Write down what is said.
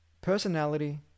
personality